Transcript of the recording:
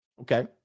Okay